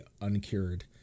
uncured